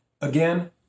Again